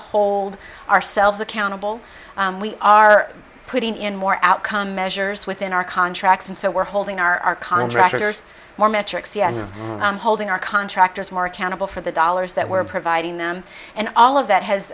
hold ourselves accountable we are putting in more outcome measures within our contracts and so we're holding our contractors more metrics yes i'm holding our contractors more accountable for the dollars that we're providing them and all of that has